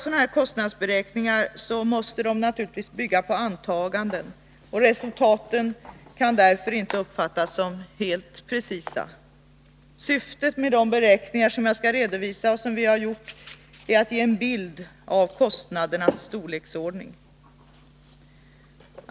När man gör kostnadsberäkningar av det här slaget måste de naturligtvis bygga på antaganden, och därför kan resultaten inte uppfattas som precisa uppgifter. Syftet med de beräkningar som vi har gjort är att ge en bild av kostnadernas storleksordning.